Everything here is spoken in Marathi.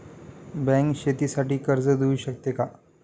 बँक शेतीसाठी कर्ज देऊ शकते का?